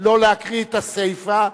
שלא להקריא את הסיפא,